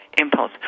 impulse